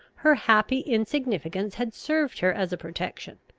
her happy insignificance had served her as a protection.